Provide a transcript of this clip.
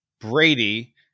Brady